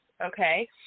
Okay